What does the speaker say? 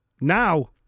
Now